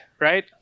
right